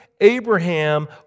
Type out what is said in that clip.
Abraham